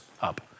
up